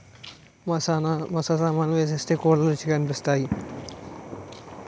మసాలా సామాన్లు వేస్తేనే కూరలు రుచిగా అనిపిస్తాయి